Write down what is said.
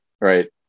right